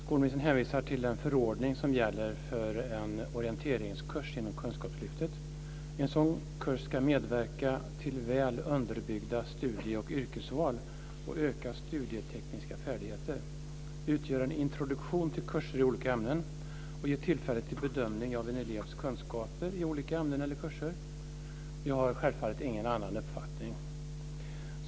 Skolministern hänvisar till den förordning som gäller för en orienteringskurs inom Kunskapslyftet. En sådan kurs ska · "medverka till väl underbyggda studie och yrkesval, · ge ökade studietekniska färdigheter, · utgöra en introduktion till kurser i olika ämnen samt · kunna ge tillfälle till bedömning av en elevs kunskaper i olika ämnen eller kurser". Jag har självfallet ingen annan uppfattning.